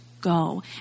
Go